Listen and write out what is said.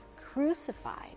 crucified